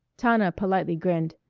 tana politely grinned.